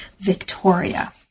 Victoria